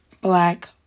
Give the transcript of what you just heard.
black